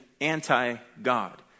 anti-God